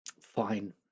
Fine